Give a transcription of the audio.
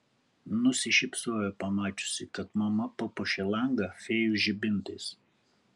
nusišypsojo pamačiusi kad mama papuošė langą fėjų žibintais